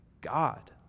God